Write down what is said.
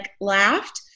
laughed